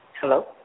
Hello